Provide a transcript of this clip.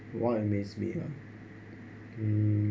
what amaze me ah mm